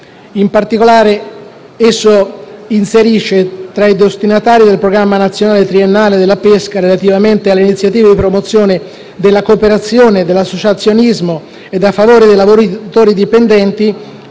In particolare, esso inserisce tra i destinatari del Programma nazionale triennale della pesca, relativamente alle iniziative di promozione della cooperazione e dell'associazionismo e a favore dei lavoratori dipendenti,